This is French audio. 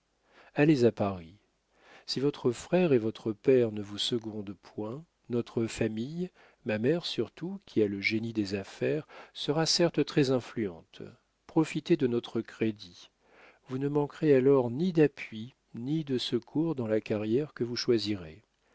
allez à paris si votre frère et votre père ne vous secondent point notre famille ma mère surtout qui a le génie des affaires sera certes très influente profitez de notre crédit vous ne manquerez alors ni d'appui ni de secours dans la carrière que vous choisirez